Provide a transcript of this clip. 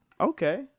Okay